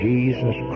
Jesus